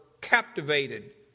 captivated